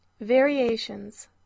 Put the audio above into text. Variations